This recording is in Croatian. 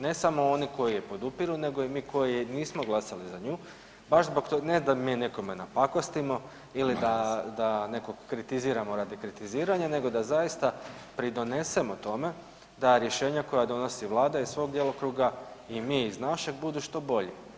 Ne samo oni je podupiru nego i mi koji nismo glasali za nju, baš zbog tog, ne da mi nekome napakostimo ili da nekog kritiziramo radi kritiziranja nego da zaista pridonesemo tome da rješenja koja donosi Vlada iz svog djelokruga i mi iz našeg, budu što bolji.